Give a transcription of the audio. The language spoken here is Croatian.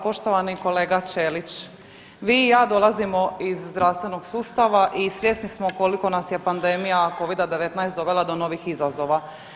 Poštovani kolega Ćelić, vi i ja dolazimo iz zdravstvenog sustava i svjesni smo koliko nas je pandemija covida-19 dovela do novih izazova.